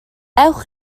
ewch